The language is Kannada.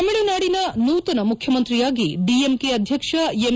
ತಮಿಳುನಾಡಿನ ನೂತನ ಮುಖ್ಯಮಂತ್ರಿಯಾಗಿ ಡಿಎಂಕೆ ಅಧ್ಯಕ್ಷ ಎಂ